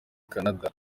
canada